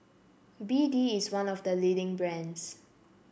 B D is one of the leading brands